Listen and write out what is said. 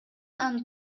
анын